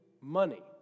money